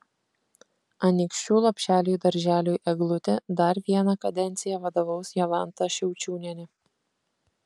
anykščių lopšeliui darželiui eglutė dar vieną kadenciją vadovaus jolanta šaučiūnienė